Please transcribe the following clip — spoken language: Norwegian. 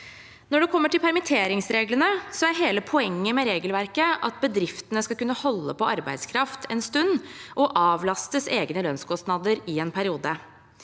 Når det gjelder permitteringsreglene, er hele poenget med regelverket at bedriftene skal kunne holde på arbeidskraft en stund og avlastes egne lønnskostnader i en periode.